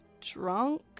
drunk